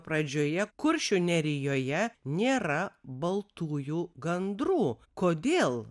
pradžioje kuršių nerijoje nėra baltųjų gandrų kodėl